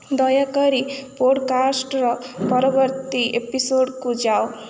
ଦୟାକରି ପୋଡ଼କାଷ୍ଟର ପରବର୍ତ୍ତୀ ଏପିସୋଡ଼କୁ ଯାଅ